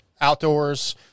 outdoors